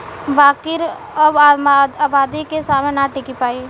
बाकिर अब आबादी के सामने ना टिकी पाई